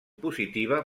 positiva